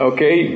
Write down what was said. Okay